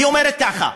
היא אומרת ככה: